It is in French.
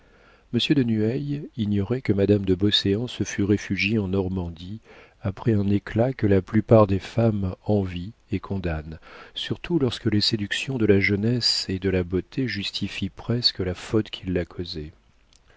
de nueil ignorait que madame de beauséant se fût réfugiée en normandie après un éclat que la plupart des femmes envient et condamnent surtout lorsque les séductions de la jeunesse et de la beauté justifient presque la faute qui l'a